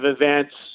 events